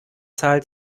zahl